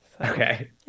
okay